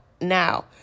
now